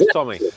Tommy